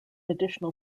additional